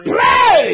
Pray